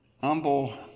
humble